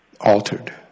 altered